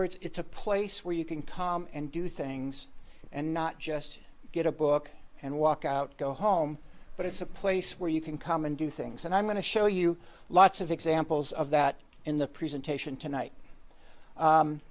e it's a place where you can come and do things and not just get a book and walk out go home but it's a place where you can come and do things and i'm going to show you lots of examples of that in the presentation tonight